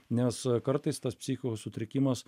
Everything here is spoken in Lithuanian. nes kartais tas psichikos sutrikimas